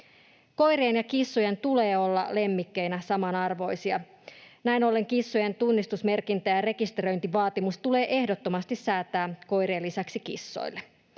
Koirien ja kissojen tulee olla lemmikkeinä samanarvoisia. Näin ollen tunnistusmerkintä- ja rekisteröintivaatimus tulee ehdottomasti säätää koirien lisäksi kissoille,